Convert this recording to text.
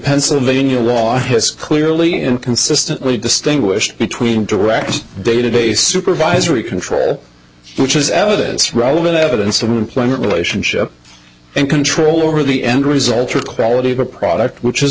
pennsylvania law has clearly and consistently distinguish between direct database supervisory control which is evidence relevant evidence of the employment relationship and control over the end result or quality of a product which is